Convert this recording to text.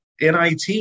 NIT